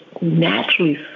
naturally